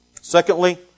Secondly